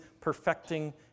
perfecting